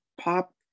pop